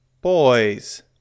Boys